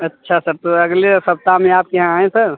अच्छा सर तो अगले सप्ताह में आपके यहाँ आएँ सर